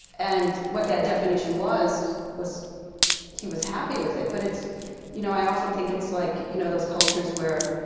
and what that definition was, was he was happy with it. but it's you know, i often think it's like you know, those cultures where